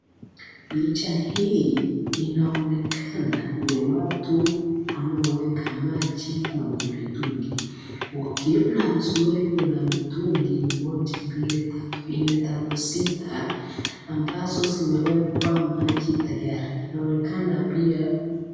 Picha hii inaonekana ni watu anaweka maji Kwa mtungi ukiona vizuri Kuna mitungi moja, mbili, tatu tano sita ambazo zimewekwa maji tayari inaonekana pia